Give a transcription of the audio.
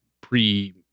pre